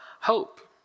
hope